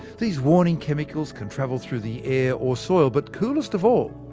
these warning chemicals can travel through the air or soil, but coolest of all,